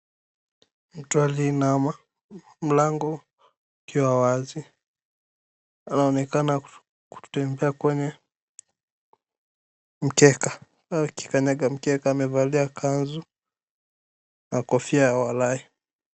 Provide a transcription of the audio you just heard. Mtu aliyeinama, mlango ukiwa wazi anaonekana kutembea kwenye mkeka, au kukikanyaga mkeka. Amevalia kanzu, na kofia ya walai.